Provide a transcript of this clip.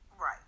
Right